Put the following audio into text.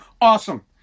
awesome